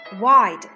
wide